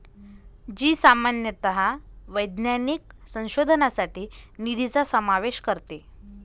जी सामान्यतः वैज्ञानिक संशोधनासाठी निधीचा समावेश करते